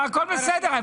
הכול בסדר.